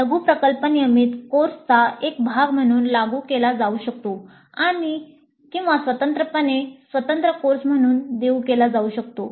लघु प्रकल्प नियमित कोर्सचा एक भाग म्हणून लागू केला जाऊ शकतो किंवा स्वतंत्रपणे स्वतंत्र कोर्स म्हणून देऊ केला जाऊ शकतो